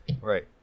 Right